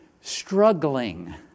struggling